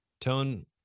tone